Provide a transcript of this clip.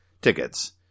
tickets